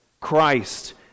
Christ